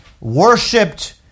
worshipped